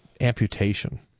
amputation